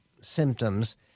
symptoms